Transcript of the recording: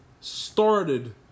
started